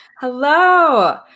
Hello